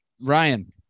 Ryan